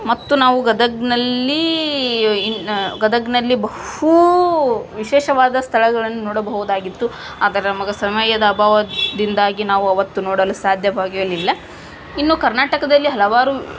ಮತ್ತು ನಾವು ಗದಗಿನಲ್ಲೀ ಗದಗಿನಲ್ಲಿ ಬಹು ವಿಶೇಷವಾದ ಸ್ಥಳಗಳನ್ನು ನೋಡಬಹುದಾಗಿತ್ತು ಆದರೆ ನಮಗೆ ಸಮಯದ ಅಭಾವದಿಂದಾಗಿ ನಾವು ಆವತ್ತು ನೋಡಲು ಸಾಧ್ಯವಾಗಲಿಲ್ಲ ಇನ್ನು ಕರ್ನಾಟಕದಲ್ಲಿ ಹಲವಾರು